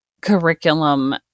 curriculum